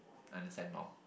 understand more